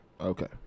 Okay